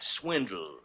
swindle